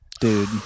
dude